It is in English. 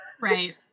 Right